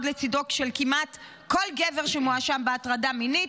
לצידו של כמעט כל גבר שמואשם בהטרדה מינית.